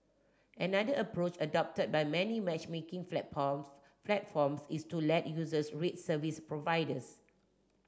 another approach adopted by many matchmaking platforms platforms is to let users rate service providers